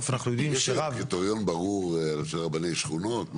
יש קריטריון ברור לראשי רבני שכונות?